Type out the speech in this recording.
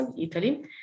Italy